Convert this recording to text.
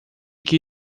que